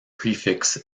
prefix